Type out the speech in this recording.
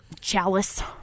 Chalice